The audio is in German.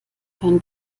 kein